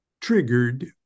triggered